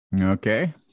Okay